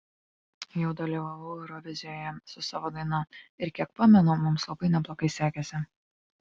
jau dalyvavau eurovizijoje su savo daina ir kiek pamenu mums labai neblogai sekėsi